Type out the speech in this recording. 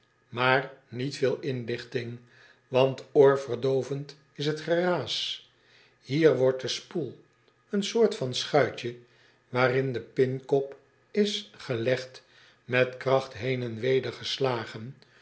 maar niet veel inlichting want oorverdoovend is het geraas ier wordt d e s p o e l een soort van schuitje waarin de pincop is gelegd met kracht heen en weder geslagen